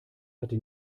hatte